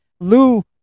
Lou